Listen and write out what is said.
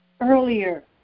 earlier